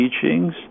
teachings